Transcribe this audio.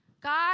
God